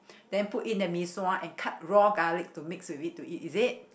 then put in the mee-sua and cut raw garlic to mix with it to eat is it